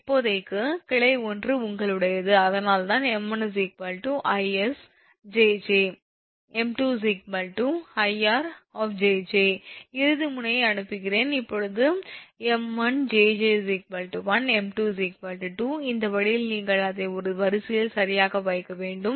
இப்போதைக்கு கிளை 1 உங்களுடையது அதனால்தான் 𝑚1 𝐼𝑆 𝑗𝑗 𝑚2 𝐼𝑅 𝑗𝑗 இறுதி முனையை அனுப்புகிறேன் இப்போது 𝑚1 𝑗𝑗 1 𝑚2 2 இந்த வழியில் நீங்கள் அதை ஒரு வரிசையில் சரியாக வைக்க வேண்டும்